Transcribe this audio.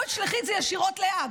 בואי תשלחי את זה ישירות להאג.